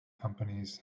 companies